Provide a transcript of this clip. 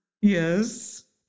Yes